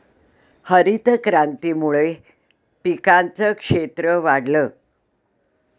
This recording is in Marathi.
हरितक्रांतीमुळे पिकांचं क्षेत्र वाढलं